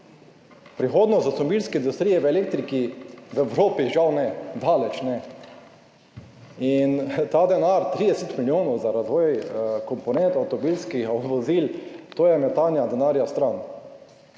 Prihodnost avtomobilske industrije v elektriki v Evropi žal ne, daleč ne. In ta denar, 30 milijonov za razvoj komponent avtomobilskih vozil, to je metanje denarja stran.